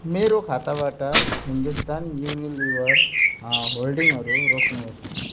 मेरो खाताबाट हिन्दुस्तान युनिलिभर होल्डिङहरू रोक्नुहोस्